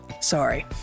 Sorry